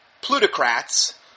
plutocrats